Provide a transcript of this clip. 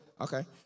okay